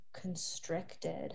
constricted